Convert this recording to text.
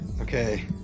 Okay